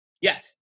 yes